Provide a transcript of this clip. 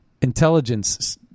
intelligence